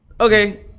Okay